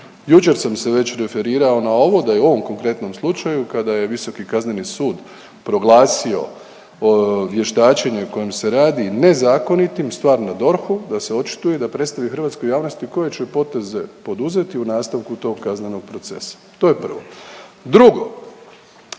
Jučer sam se već referirao na ovo da je u ovom konkretnom slučaju kada je Visoki kazneni sud proglasio vještačenje o kojem se radi nezakonitim stvar na DORH-u da se očituje i da predstavi hrvatskoj javnosti koje će poteze poduzeti u nastavku tog kaznenog procesa. To je prvo. Drugo,